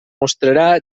mostrarà